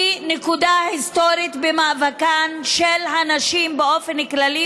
היא נקודה היסטורית במאבקן של הנשים באופן כללי,